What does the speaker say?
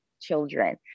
children